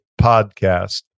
podcast